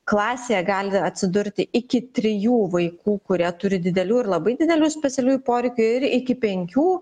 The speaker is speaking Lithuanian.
klasėje gali atsidurti iki trijų vaikų kurie turi didelių ir labai didelių specialiųjų poreikių ir iki penkių